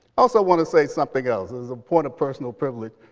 also want to say something else as a point of personal privilege.